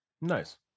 Nice